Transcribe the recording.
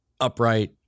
upright